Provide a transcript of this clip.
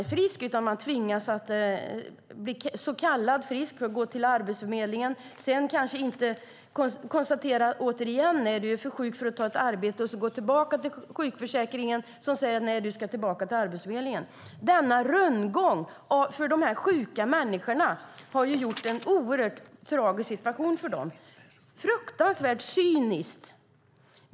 Människor tvingas bli så kallat friska för att gå till Arbetsförmedlingen där man konstaterar att de är för sjuka för att arbeta. De tvingas gå tillbaka till sjukförsäkringen där man på nytt skickar dem till Arbetsförmedlingen. Denna rundgång har skapat en tragisk situation för dessa sjuka människor. Det är fruktansvärt cyniskt.